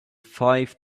five